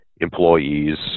employees